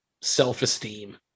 self-esteem